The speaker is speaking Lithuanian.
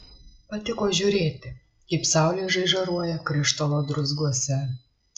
patiko žiūrėti kaip saulė žaižaruoja krištolo druzguose